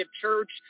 Church